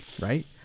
right